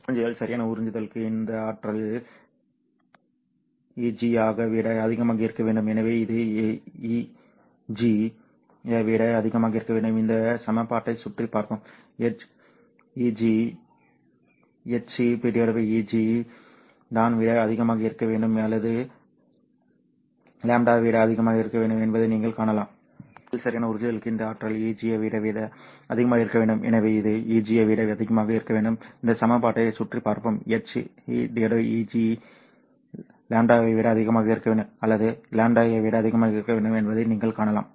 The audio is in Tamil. உறிஞ்சுதல் சரியான உறிஞ்சுதலுக்கு இந்த ஆற்றல் Eg வை விட அதிகமாக இருக்க வேண்டும் எனவே இது Eg வை விட அதிகமாக இருக்க வேண்டும் இந்த சமன்பாட்டைச் சுற்றிப் பார்ப்போம் hc Eg λ ஐ விட அதிகமாக இருக்க வேண்டும் அல்லது λ ஐ விட அதிகமாக இருக்க வேண்டும் என்பதை நீங்கள் காணலாம்